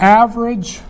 average